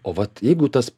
o vat jeigu tas